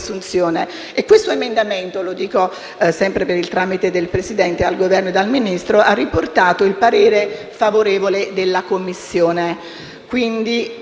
Questo emendamento - lo dico, sempre per il tramite del Presidente, al Governo e al Ministro - ha riportato il parere favorevole della Commissione.